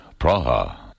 Praha